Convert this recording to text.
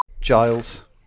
Giles